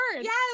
yes